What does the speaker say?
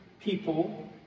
people